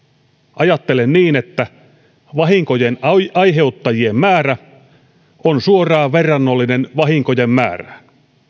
ajattelen niin että vahinkojen aiheuttajien määrä on suoraan verrannollinen vahinkojen määrään